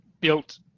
built